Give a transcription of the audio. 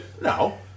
no